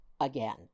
again